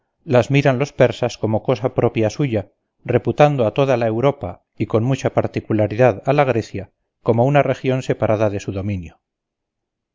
las miran los persas como cosa propia suya reputando a toda la europa y con mucha particularidad a la grecia como una región separada de su dominio